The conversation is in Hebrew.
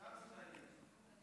עכשיו זה מעניין.